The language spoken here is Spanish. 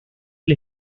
del